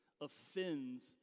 offends